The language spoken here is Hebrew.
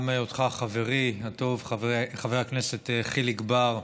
גם אותך, חברי הטוב חבר הכנסת חיליק בר,